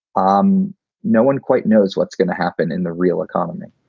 um no one quite knows what's going to happen in the real economy